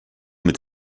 mit